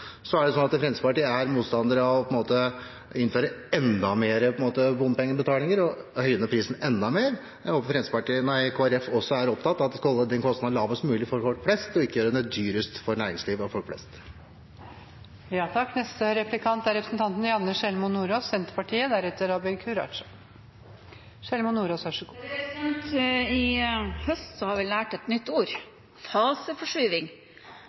Fremskrittspartiet er motstander av å innføre enda mer bompengebetaling og høyne prisen enda mer. Jeg håper Kristelig Folkeparti også er opptatt av å holde den kostnaden lavest mulig for folk flest, og ikke gjøre det dyrest mulig for næringslivet og folk flest. I høst har vi lært et nytt ord: faseforskyvning. Betyr det at man skal skyve på prosjektet, eller skal man bruke prosjektet med bare bompenger? Hva ligger egentlig i